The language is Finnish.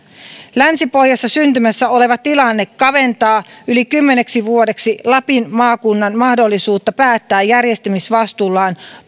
länsi pohjassa syntymässä oleva tilanne kaventaa yli kymmeneksi vuodeksi lapin maakunnan mahdollisuutta päättää järjestämisvastuullaan